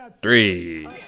three